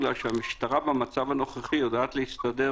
בגלל שהמשטרה במצב הנוכחי יודעת להסתדר